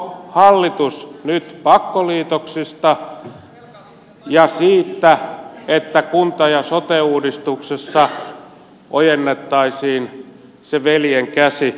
luopuuko hallitus nyt pakkoliitoksista ja siitä että kunta ja sote uudistuksessa ojennettaisiin se veljen käsi